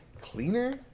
cleaner